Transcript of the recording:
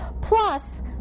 Plus